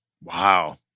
Wow